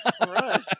right